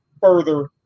further